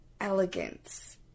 elegance